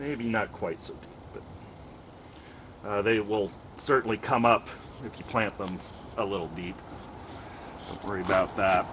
maybe not quite so but they will certainly come up if you plant them a little be worry about that